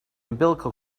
umbilical